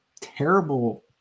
terrible